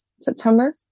September